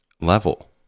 level